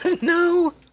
No